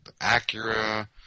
Acura